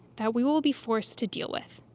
that we will be forced to deal with.